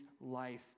life